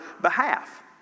behalf